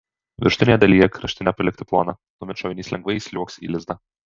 viršutinėje dalyje kraštinę palikti ploną tuomet šovinys lengvai įsliuogs į lizdą